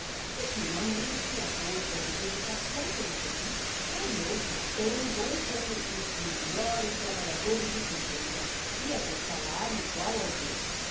finalmente à força de dedicação pelo serviço tornou-se tão bom como os melhores trabalhadores de pedreira e a ter salário igual ao deles